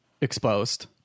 exposed